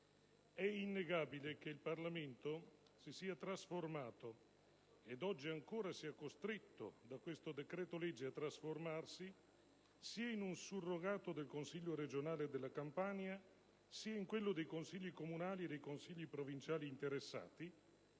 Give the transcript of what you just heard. È innegabile che il Parlamento si sia trasformato (ed oggi ancora sia costretto da questo decreto-legge a trasformarsi) sia in un surrogato sia del Consiglio regionale della Campania, sia dei Consigli comunali e dei Consigli provinciali interessati,